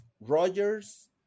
Rogers